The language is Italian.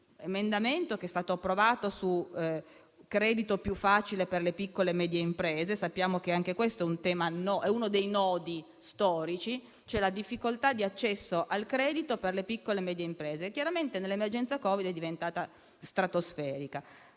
emendamento, che è stato approvato, in relazione al credito più facile per le piccole e medie imprese. Sappiamo che anche questo è uno dei nodi storici, ovvero la difficoltà di accesso al credito per le piccole e medie imprese, che chiaramente nell'emergenza Covid è diventata stratosferica.